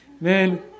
man